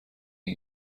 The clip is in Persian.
این